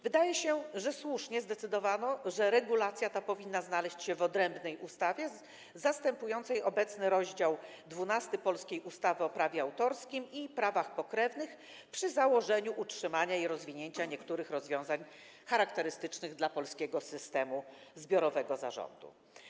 Wydaje się, że słusznie zdecydowano, że regulacja ta powinna znaleźć się w odrębnej ustawie zastępującej obecny rozdział 12 polskiej ustawy o prawie autorskim i prawach pokrewnych przy założeniu utrzymania i rozwinięcia niektórych rozwiązań charakterystycznych dla polskiego systemu zbiorowego zarządu.